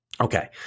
okay